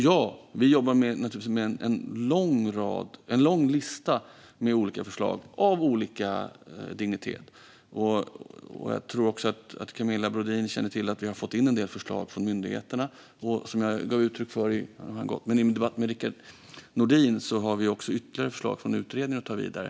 Ja, vi jobbar med en lång lista med olika förslag av olika dignitet. Jag tror att Camilla Brodin också känner till att vi har fått in en del förslag från myndigheterna. Som jag gav uttryck för i debatten med Rickard Nordin har vi också ytterligare förslag från utredningen att ta vidare.